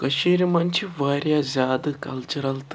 کٔشیٖرِ مَنٛز چھِ واریاہ زیادٕ کَلچرَل تہٕ